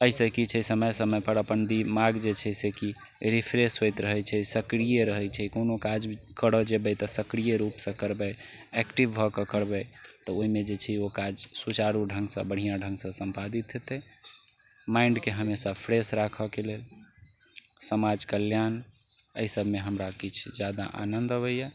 अइसँ कि छै जे समय समयपर अपन दिमागके जे छै से कि रिफ्रेश होइत रहै छै सक्रिय रहै छै कोनो काज करऽ जेबै तऽ सक्रिय रूपसँ करबै एक्टिव भऽ कऽ करबै तऽ ओइमे जे छै ओ काज सुचारू ढङ्गसँ बढ़िआँ ढङ्गसँ सम्पादित हेतै माइन्डके हमेशा फ्रेश राखऽके लेल समाज कल्याण अइ सभमे हमरा किछु जादा आनन्द आबैए